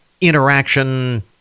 interaction